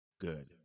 good